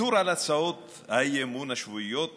ויתור על הצעות האי-אמון השבועיות